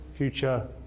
future